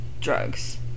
drugs